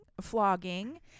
flogging